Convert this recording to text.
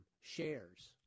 shares